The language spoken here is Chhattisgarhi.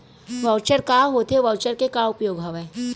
वॉऊचर का होथे वॉऊचर के का उपयोग हवय?